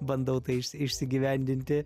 bandau tai iš išsigyvendinti